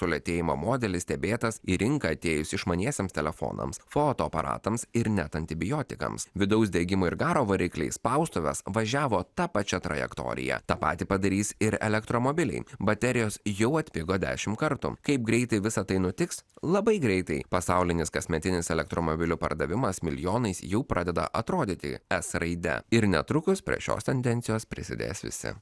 sulėtėjimo modelis stebėtas į rinką atėjus išmaniesiems telefonams fotoaparatams ir net antibiotikams vidaus degimo ir garo varikliai spaustuvės važiavo ta pačia trajektorija tą patį padarys ir elektromobiliai baterijos jau atpigo dešimt kartų kaip greitai visa tai nutiks labai greitai pasaulinis kasmetinis elektromobilių pardavimas milijonais jau pradeda atrodyti es raide ir netrukus prie šios tendencijos prisidės visi